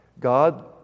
God